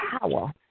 power